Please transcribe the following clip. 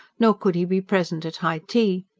nor could he be present at high tea.